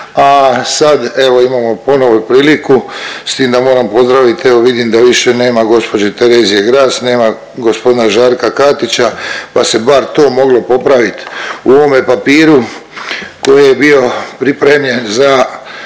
a sad evo imamo ponovo priliku s tim da moram pozdraviti, evo vidim da više nema gđe. Terezije Gras, nema g. Žarka Katića, pa se bar to moglo popravit u ovome papiru koji je bio pripremljen za,